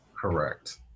Correct